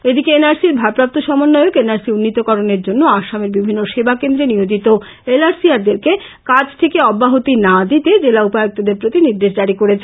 এদিকে N R সির ভারপ্রাপ্ত সমন্বয়ক এন আর সি উন্নীতকরণের জন্য আসামের বিভিন্ন সেবা কেন্দ্রে নিয়োজিত এল আর সি আর দেরকে কাজ থেকে অব্যাহতি না দিতে জেলা উপায়ুক্তদের প্রতি নির্দেশ জারি করেছে